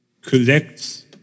collects